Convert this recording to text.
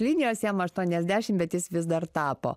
linijas jam aštuoniasdešimt bet vis dar tapo